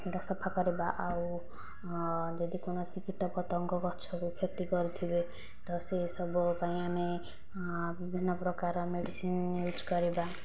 ହିଡ଼ ସଫା କରିବା ଆଉ ଯଦି କୌଣସି କୀଟପତଙ୍ଗ ଗଛକୁ କ୍ଷତି କରୁଥିବେ ତ ସେ ସବୁ ପାଇଁ ଆମେ ବିଭିନ୍ନ ପ୍ରକାର ମେଡ଼ିସିନ ୟୁଜ କରିବା